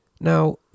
Now